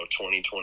2020